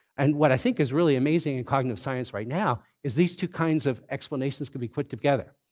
and what i think is really amazing in cognitive science right now is these two kinds of explanations can be put together.